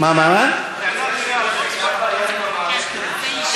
הייתה בעיה עם המערכת.